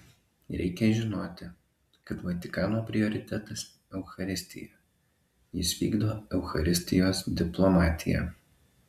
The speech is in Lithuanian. reikia žinoti kad vatikano prioritetas eucharistija jis vykdo eucharistijos diplomatiją